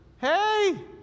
hey